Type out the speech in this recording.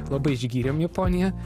labai išgyrėm japoniją